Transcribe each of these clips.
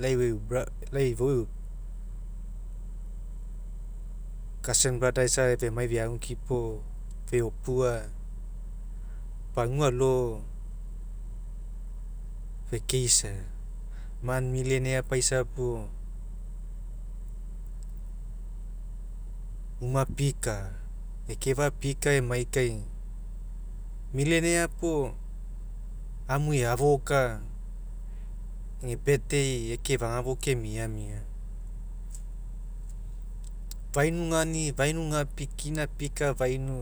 Lau eu bro lau ifou ieu cousin brother femai feagukipo feupua pagua alo fekeisa man millionaire paisa puo uma pika ekafa pika emai kai millionaire puo amu eakaoka ega birthday ekefa'a fou kemiamia. Fainu gani fainu gapi kina lika fainu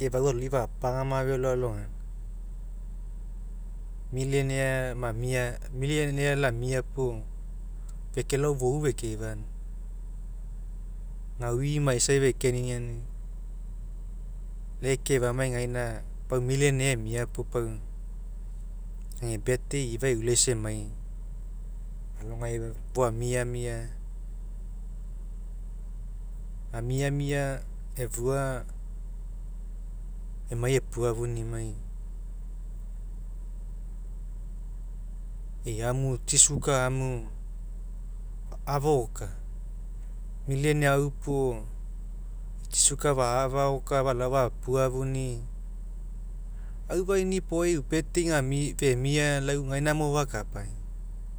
ekefau aloifapagania felo alogaina. Millionaire mamia millionaire lamia puo fekelao dou fekeifemia gaui maisai feke niniauni lai ekefamai gaina millionaire emia puo pau ega birthday ifa aulaisa emai alao gae fou amiamia amiamia efua emai epua'afunimai ei amui tsi sugar amu fakaoka millionaire au puo tsi sugar fafeokoi falao fapua; afuni'i aufa inipoai eu birthday femia gamia lai lai gaina mo fakapai